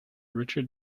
richard